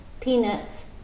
peanuts